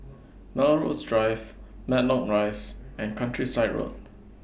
Melrose Drive Matlock Rise and Countryside Road